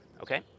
Okay